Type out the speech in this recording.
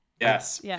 Yes